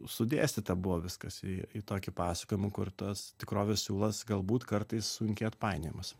sudėstyta buvo viskas į į tokį pasakojimą kur tas tikrovės siūlas galbūt kartais sunkiai atpainiojamas